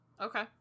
Okay